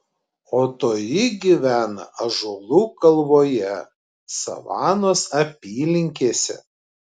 o toji gyvena ąžuolų kalvoje savanos apylinkėse